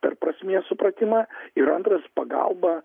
per prasmės supratimą ir antras pagalba